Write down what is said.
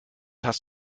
hast